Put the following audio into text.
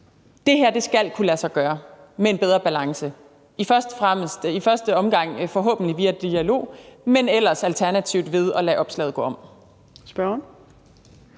Det her skal kunne lade sig gøre med en bedre balance, i første omgang forhåbentlig via dialog, men ellers alternativt ved at lade opslaget gå om.